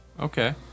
Okay